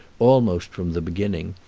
almost from the beginning,